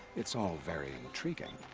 it's all very intriguing.